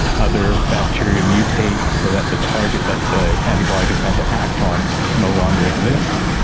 other bacteria mutate so that the target that the antibiotic is meant to act on no longer exists.